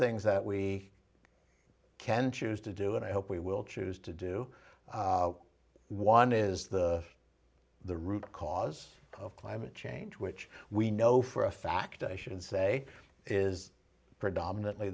things that we can choose to do and i hope we will choose to do one is the the root cause of climate change which we know for a fact i should say is predominantly